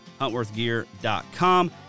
HuntworthGear.com